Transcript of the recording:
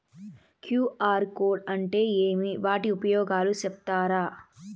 QR code అంటే ఏమి వాటి ఉపయోగాలు సెప్తారా?